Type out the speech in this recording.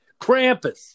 Krampus